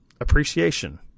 appreciation